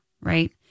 Right